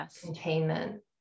containment